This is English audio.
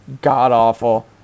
god-awful